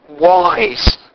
wise